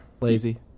Lazy